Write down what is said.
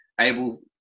able